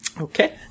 Okay